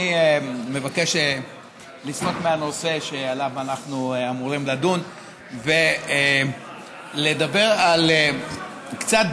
אני מבקש לסטות מהנושא שעליו אנחנו אמורים לדון ולדבר קצת